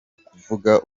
kuvuga